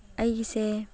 ꯑꯩꯒꯤꯁꯦ